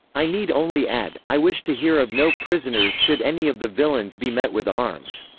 i need only add, i wish to hear of no prisoners should any of the villains be met with arms.